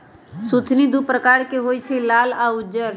सुथनि दू परकार के होई छै लाल आ उज्जर